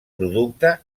producte